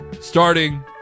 Starting